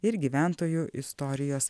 ir gyventojų istorijos